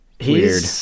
Weird